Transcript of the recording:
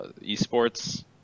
esports